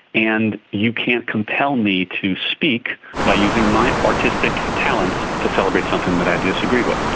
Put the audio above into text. and you can't compel me to speak by using my artistic talents to celebrate something that i disagree with.